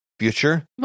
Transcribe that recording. Future